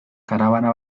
karabana